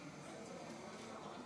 חבריי חברי הכנסת,